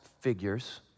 figures